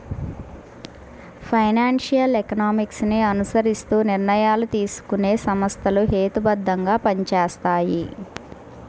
financial economics ని అనుసరిస్తూ నిర్ణయాలు తీసుకునే సంస్థలు హేతుబద్ధంగా పనిచేస్తాయి